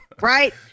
right